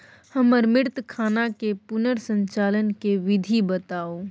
हमर मृत खाता के पुनर संचालन के विधी बताउ?